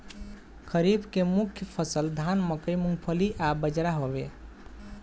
खरीफ के मुख्य फसल धान मकई मूंगफली आ बजरा हवे